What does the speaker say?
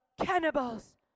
cannibals